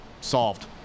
Solved